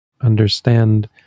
understand